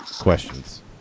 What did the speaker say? questions